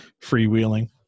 freewheeling